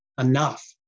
enough